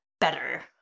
better